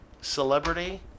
celebrity